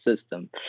system